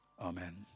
Amen